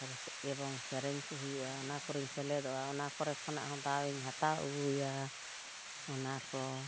ᱮᱵᱚᱝ ᱥᱮᱨᱮᱧ ᱠᱚ ᱦᱩᱭᱩᱜᱼᱟ ᱚᱱᱟ ᱠᱚᱨᱮᱧ ᱥᱮᱞᱮᱫᱚᱜᱼᱟ ᱚᱱᱟ ᱠᱚᱨᱮ ᱠᱷᱚᱱᱟᱜ ᱦᱚᱸ ᱫᱟᱣᱤᱧ ᱦᱟᱛᱟᱣ ᱟᱹᱜᱩᱭᱟ ᱚᱱᱟ ᱠᱚ